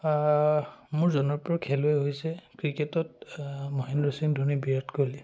মোৰ জনপ্ৰিয় খেলুৱৈ হৈছে ক্ৰিকেটত মহেন্দ্ৰ সিং ধোনী বিৰাট কোহলী